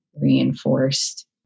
reinforced